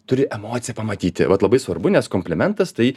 turi emociją pamatyti vat labai svarbu nes komplimentas tai